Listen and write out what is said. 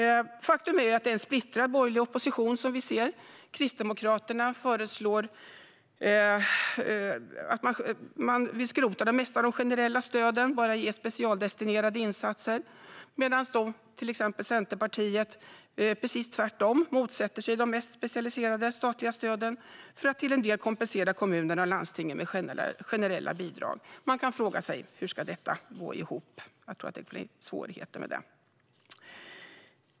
Faktum är att vi ser en splittrad borgerlig opposition. Kristdemokraterna vill skrota det mesta av de generella stöden och bara göra specialdestinerade insatser, medan till exempel Centerpartiet tvärtom motsätter sig de mest specialiserade statliga stöden för att till en del kompensera kommuner och landsting med generella bidrag. Man kan fråga sig: Hur ska detta gå ihop? Jag tror att det blir svårigheter med det.